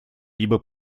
ибо